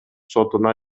сотуна